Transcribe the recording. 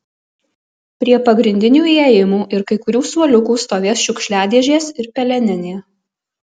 prie pagrindinių įėjimų ir kai kurių suoliukų stovės šiukšliadėžės ir peleninė